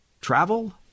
travel